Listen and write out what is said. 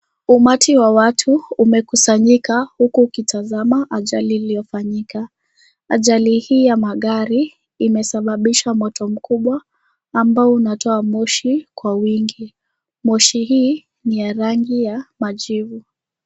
Umati wa watu umekusanyika, huku ukitazama ajali iliyofanyika. Ajali hii ya magari, imesababisha moto mkubwa, ambao unatoa moshi kwa wingi. Moshi hii ni ya rangi ya majivu.